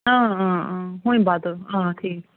ہوٚمہٕ بدلہٕ آ ٹھیٖک